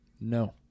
No